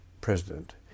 president